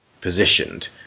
positioned